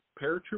paratrooper